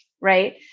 right